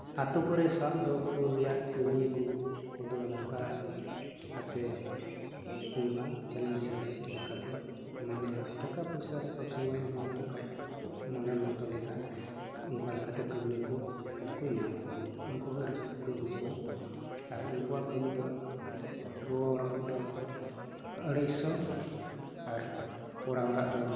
ᱟᱹᱛᱩ ᱠᱚᱨᱮ ᱥᱟᱵ ᱫᱚᱦᱚ ᱨᱮᱭᱟᱜ ᱠᱟᱹᱢᱤᱭᱟᱹ ᱠᱚᱫᱚ ᱱᱚᱝᱠᱟ ᱞᱮᱠᱟᱛᱮ ᱦᱩᱭᱩᱜᱼᱟ ᱪᱮᱞᱮᱧᱡ ᱦᱩᱭᱩᱜᱼᱟ ᱪᱮᱫ ᱞᱮᱠᱟᱛᱮ ᱢᱟᱱᱮ ᱴᱟᱠᱟ ᱯᱚᱭᱥᱟ ᱥᱚᱵ ᱥᱳᱢᱳᱭ ᱮᱢᱟ ᱠᱚ ᱠᱷᱟᱱ ᱢᱚᱱᱮᱨ ᱢᱚᱛᱚ ᱞᱮᱠᱟ ᱚᱱᱠᱟ ᱞᱮᱠᱟᱛᱮ ᱠᱟᱹᱢᱤᱭᱟᱹᱠᱚ ᱫᱚᱠᱚ ᱧᱟᱢᱚᱜᱼᱟ ᱩᱱᱠᱩ ᱦᱚᱸ ᱨᱟᱹᱥᱠᱟᱹ ᱠᱚ ᱵᱩᱡᱷᱟᱹᱣᱟ ᱟᱨ ᱩᱱᱠᱩᱣᱟᱜ ᱠᱟᱹᱢᱤ ᱫᱚ ᱜᱚᱜᱚ ᱦᱚᱲ ᱫᱚ ᱟᱹᱲᱟᱹᱭᱥᱚ ᱟᱨ ᱠᱚᱲᱟ ᱦᱚᱲᱟᱜ ᱫᱚ